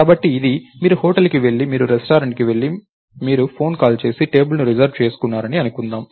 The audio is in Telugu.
కాబట్టి ఇది మీరు హోటల్కి వెళ్లి మీరు రెస్టారెంట్కి వెళ్లి మీరు ఫోన్ కాల్ చేసి టేబుల్ను రిజర్వ్ చేసుకున్నారని అనుకుందాం